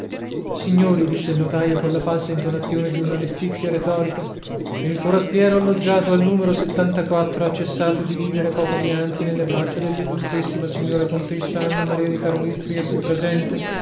signori disse il notaio colla falsa intonazione di una mestizia rettorica il forastiero alloggiato al numero ha cessato di vivere poco dianzi nelle braccia dell'illustrissima signora contessa anna maria di karolystria qui presente